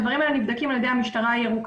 הדברים האלה נבדקים על ידי המשטרה הירוקה.